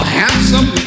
handsome